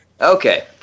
okay